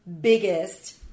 biggest